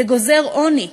זה גוזר עוני.